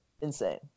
Insane